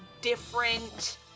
different